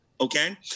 okay